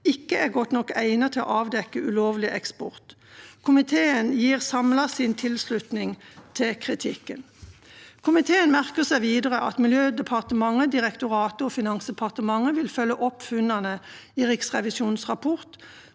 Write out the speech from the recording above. ikke er godt nok egnet til å avdekke ulovlig eksport. Komiteen gir samlet sin tilslutning til kritikken. Komiteen merker seg videre at Klima- og miljødepartementet, Miljødirektoratet og Finansdepartementet vil følge opp funnene i Riksrevisjonens rapport,